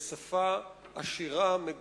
ושפה, עשירה, מגוונת,